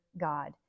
God